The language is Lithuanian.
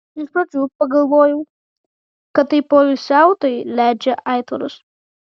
iš pradžių pagalvojau kad tai poilsiautojai leidžia aitvarus